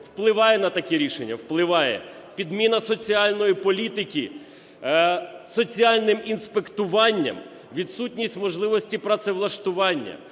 впливає на такі рішення? Впливає. Підміна соціальної політики соціальним інспектуванням, відсутність можливості працевлаштування,